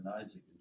Isaac